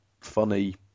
funny